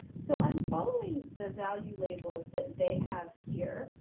so, i'm following the value labels that they have here